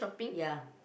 ya